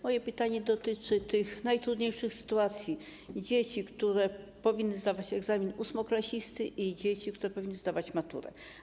Moje pytanie dotyczy tych najtrudniejszych sytuacji, dzieci, które powinny zdawać egzamin ósmoklasisty, i dzieci, które powinny zdawać maturę.